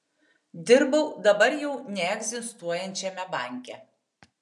dirbau dabar jau neegzistuojančiame banke